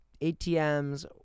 atms